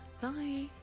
bye